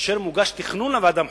כאשר מוגש תכנון לוועדה המחוזית,